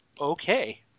Okay